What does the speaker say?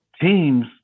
teams